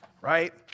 right